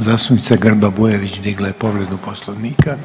Zastupnica Grba-Bujević digla je povredu Poslovnika.